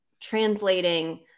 translating